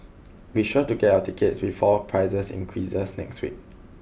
be sure to get your tickets before prices increase next week